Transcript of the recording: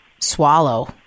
swallow